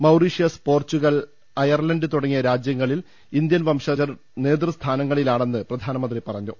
Mauritius Portugal Ireland തുടങ്ങിയ രാജ്യങ്ങളിൽ Indian വംശജർ നേതൃസ്ഥാനങ്ങളിലാണെന്ന് പ്രധാ നമന്ത്രി പറഞ്ഞു